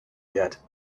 yet